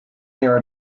near